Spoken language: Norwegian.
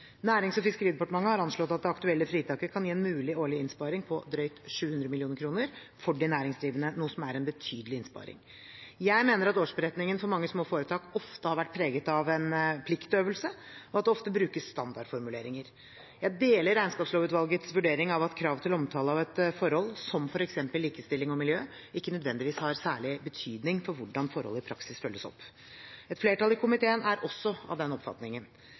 Nærings- og fiskeridepartementet har anslått at det aktuelle fritaket kan gi en mulig årlig innsparing på drøyt 700 mill. kr for de næringsdrivende, noe som er en betydelig innsparing. Jeg mener at årsberetningen for mange små foretak ofte har vært preget av en pliktøvelse, og at det ofte brukes standardformuleringer. Jeg deler regnskapslovutvalgets vurdering av at krav til omtale av et forhold, som f.eks. likestilling og miljø, ikke nødvendigvis har særlig betydning for hvordan forholdet i praksis følges opp. Et flertall i komiteen er også av den oppfatningen.